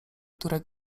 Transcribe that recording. które